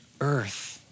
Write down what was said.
earth